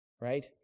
right